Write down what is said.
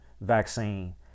vaccine